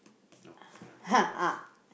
no salah terlepas